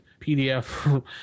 pdf